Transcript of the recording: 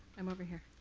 i'm over here.